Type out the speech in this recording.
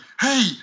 hey